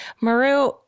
Maru